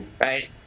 right